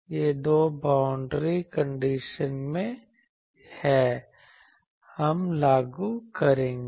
ये दो boundary condition हैं हम लागू करेंगे